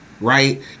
right